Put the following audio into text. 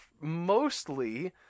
mostly